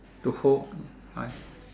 to hold I